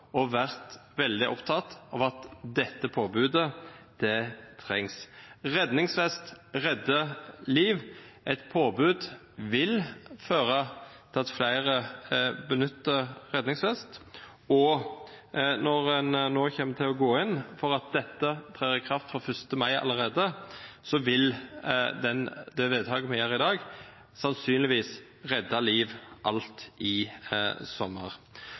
og vært veldig opptatt av at dette påbudet trengs. Redningsvest redder liv. Et påbud vil føre til at flere benytter redningsvest, og når en nå kommer til å gå inn for at dette trer i kraft allerede fra 1. mai, vil vedtaket vi gjør i dag, sannsynligvis redde liv alt i sommer.